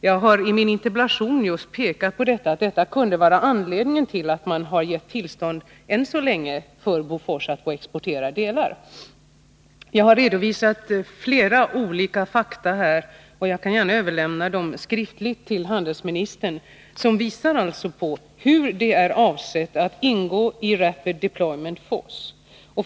Jag har i min interpellation visat på att detta kunde vara anledningen till att man än så länge har givit tillstånd till Bofors att exportera delar. Jag har här redovisat flera olika fakta som visar att DIVAD är avsett att ingå i Rapid Deployment Force, och jag kan gärna överlämna dem skriftligt till handelsministern senare.